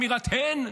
האם באמירת הן?